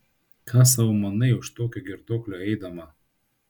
ką sau manai už tokio girtuoklio eidama